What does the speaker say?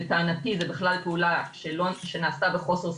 לטענתי זה בכלל פעולה שנעשתה בחוסר סמכות.